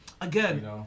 Again